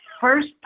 first